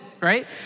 right